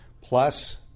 plus